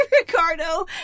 Ricardo